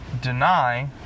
deny